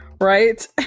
right